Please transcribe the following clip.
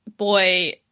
boy